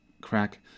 crack